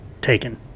taken